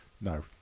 No